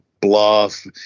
bluff